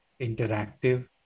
interactive